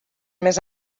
més